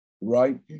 right